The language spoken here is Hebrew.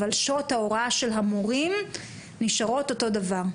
אבל שעות ההוראה של המורים נשארות אותו דבר.